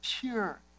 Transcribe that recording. pure